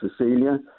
Cecilia